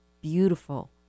beautiful